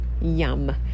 yum